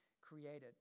created